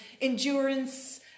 endurance